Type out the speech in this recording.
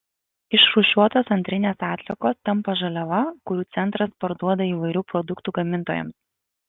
išrūšiuotos antrinės atliekos tampa žaliava kurią centras parduoda įvairių produktų gamintojams